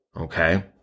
Okay